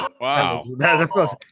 wow